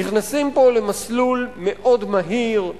נכנסים פה למסלול מאוד מהיר,